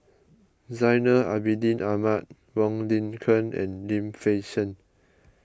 Zainal Abidin Ahmad Wong Lin Ken and Lim Fei Shen